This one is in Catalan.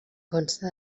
consta